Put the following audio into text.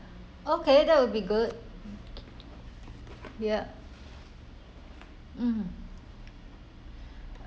okay that will be good ya mm